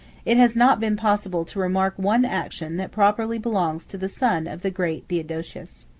it has not been possible to remark one action that properly belongs to the son of the great theodosius.